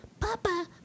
Papa